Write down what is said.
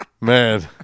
Man